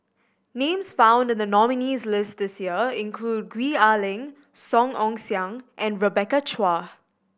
names found in the nominees' list this year include Gwee Ah Leng Song Ong Siang and Rebecca Chua